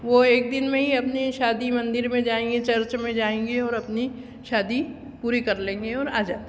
वह एक दिन में ही अपनी शादी मंदिर में जाएँगे चर्च में जाएँगे और अपनी शादी पूरी कर लेंगे और आ जाएँगे